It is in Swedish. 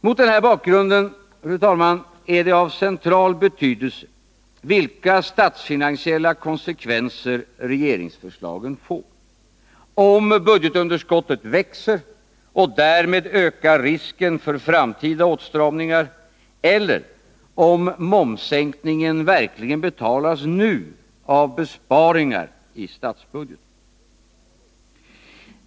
Mot den här bakgrunden, fru talman, är det av central betydelse vilka statsfinansiella konsekvenser regeringsförslagen får — om budgetunderskottet växer och därmed ökar risken för framtida åtstramningar eller om momssänkningen verkligen betalas nu, av besparingar i statsbudgeten.